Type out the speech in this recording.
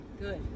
Good